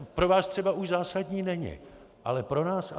Pro vás třeba už zásadní není, ale pro nás ano.